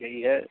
यही है